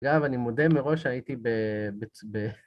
אגב, אני מודה מראש שהייתי ב...